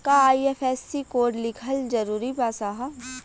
का IFSC code लिखल जरूरी बा साहब?